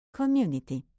community